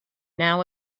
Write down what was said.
now